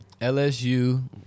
LSU